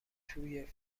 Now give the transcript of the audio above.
توی